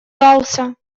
дался